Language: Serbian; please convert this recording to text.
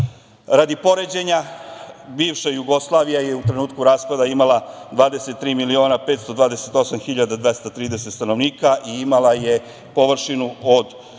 Radi poređenja, bivša Jugoslavija je u trenutku raspada imala 23.528.230 stanovnika i imala je površinu od